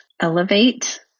elevate